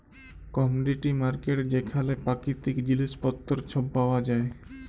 commodity market যেখালে পাকিতিক জিলিস পত্তর ছব পাউয়া যায়